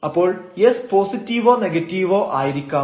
അപ്പോൾ s പോസിറ്റീവോ നെഗറ്റീവോ ആയിരിക്കാം